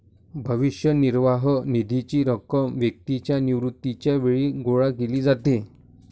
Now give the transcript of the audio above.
भविष्य निर्वाह निधीची रक्कम व्यक्तीच्या निवृत्तीच्या वेळी गोळा केली जाते